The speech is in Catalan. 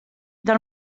del